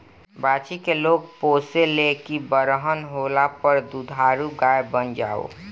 बाछी के लोग पोसे ले की बरहन होला पर दुधारू गाय बन जाओ